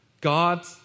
God